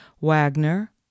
Wagner